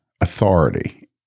authority